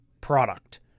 product